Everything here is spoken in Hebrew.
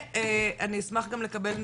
ואני אשמח גם לקבל נתונים: